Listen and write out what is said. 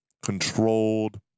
controlled